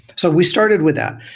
so we started with that.